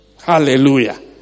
Hallelujah